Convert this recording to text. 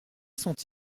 sont